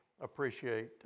appreciate